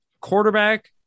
Quarterback